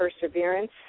perseverance